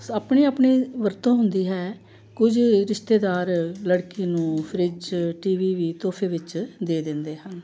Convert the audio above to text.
ਆਪਣੀ ਆਪਣੀ ਵਰਤੋਂ ਹੁੰਦੀ ਹੈ ਕੁਝ ਰਿਸ਼ਤੇਦਾਰ ਲੜਕੀ ਨੂੰ ਫਰਿੱਜ ਟੀ ਵੀ ਵੀ ਤੋਹਫੇ ਵਿੱਚ ਦੇ ਦਿੰਦੇ ਹਨ